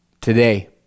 Today